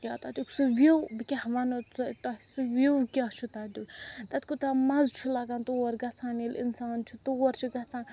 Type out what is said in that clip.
کیٛاہ تَتیُک سُہ وِیو بہٕ کیٛاہ وَنہو تۄہہِ سُہ وِیو کیٛاہ چھُ تَتیُک تَتہِ کوٗتاہ مَزٕ چھُ لَگان تور گَژھان ییٚلہِ اِنسان چھُ تور چھُ گَژھان